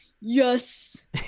yes